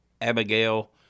Abigail